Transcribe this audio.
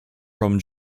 from